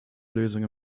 lösung